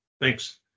Thanks